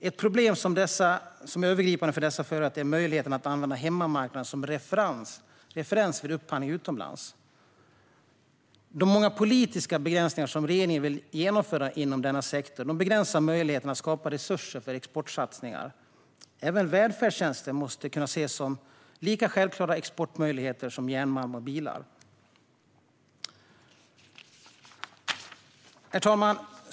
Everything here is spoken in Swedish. Ett problem som är övergripande för dessa företag är möjligheten att använda hemmamarknaden som referens vid upphandlingar utomlands. De många politiska begränsningar som regeringen vill införa inom denna sektor begränsar möjligheterna att skapa resurser för exportsatsningar. Välfärdstjänster måste kunna ses som lika självklara exportmöjligheter som järnmalm och bilar. Herr talman!